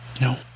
No